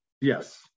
Yes